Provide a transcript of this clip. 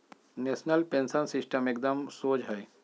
national pension system एकदम शोझ हइ